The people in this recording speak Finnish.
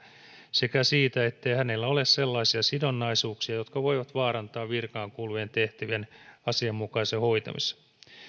sekä siitä ettei hänellä ole sellaisia sidonnaisuuksia jotka voivat vaarantaa virkaan kuuluvien tehtävien asianmukaisen hoitamisen